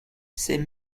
c’est